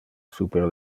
super